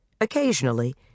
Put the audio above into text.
Occasionally